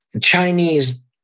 Chinese